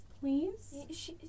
please